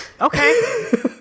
Okay